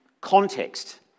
context